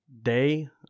Day